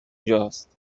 جاست